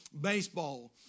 baseball